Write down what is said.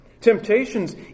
Temptations